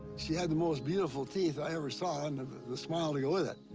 she had the most beautiful teeth i ever saw and the smile to go with it.